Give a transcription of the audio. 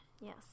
Yes